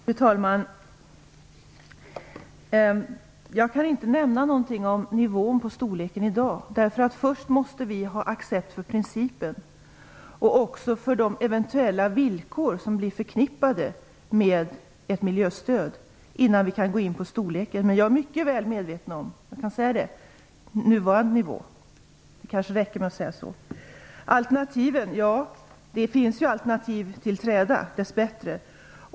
Fru talman! Jag kan inte nämna något om nivån i dag. Först måste vi nämligen ha accept för principen och även för de eventuella villkor som blir förknippade med ett miljöstöd. Därefter kan vi gå in på storleken av ett stöd. Jag är dock mycket väl medveten om den nuvarande nivån. Det kanske räcker med att säga så. Det finns alternativ till träda - dess bättre.